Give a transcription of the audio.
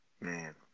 Man